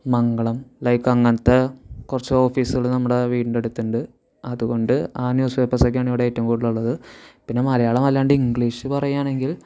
മംഗളം like അങ്ങനത്തെ കുറച്ച് ഓഫീസുകൾ നമ്മുടെ വീട്ടിൻ്റെ അടുത്തുണ്ട് അതുകൊണ്ട് ആ ന്യൂസ് പേപ്പർസൊക്കെ ആണ് ഇവിടെ ഏറ്റവും കൂടുതലുള്ളത് പിന്നെ മലയാളം അല്ലാണ്ട് ഇംഗ്ലീഷ് പറയാണെങ്കിൽ